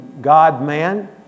God-man